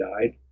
died